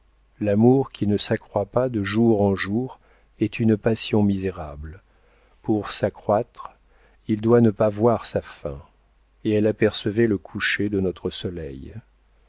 l'amour qui ne s'accroît pas de jour en jour est une passion misérable pour s'accroître il doit ne pas voir sa fin et elle apercevait le coucher de notre soleil